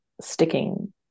sticking